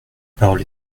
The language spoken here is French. parole